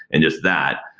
and just that.